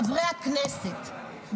חברי הכנסת,